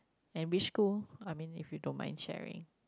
and which school I mean if you don't mind sharing